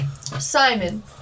Simon